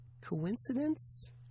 Coincidence